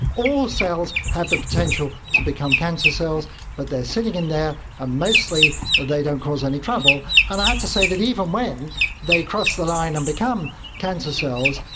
all cells have the potential to become cancer cells but they are sitting in there and ah mostly they don't cause any trouble. and i have to say that even when they cross the line and become cancer cells,